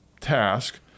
task